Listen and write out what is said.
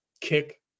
kick